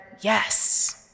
yes